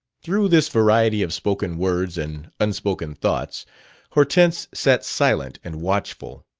through this variety of spoken words and unspoken thoughts hortense sat silent and watchful.